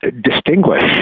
distinguish